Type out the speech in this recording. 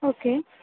okay